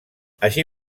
així